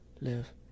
live